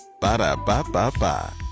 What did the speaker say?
Ba-da-ba-ba-ba